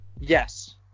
yes